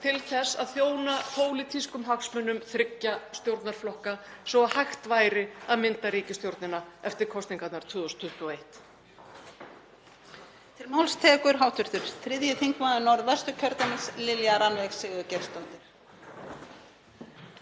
til þess að þjóna pólitískum hagsmunum þriggja stjórnarflokka svo hægt væri að mynda ríkisstjórnina eftir kosningarnar 2021.